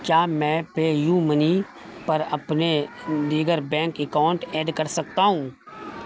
کیا میں PayUmoney پر اپنے دیگر بینک اکاؤنٹ ایڈ کر سکتا ہوں